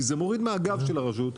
כי זה מוריד מהגב של הרשות,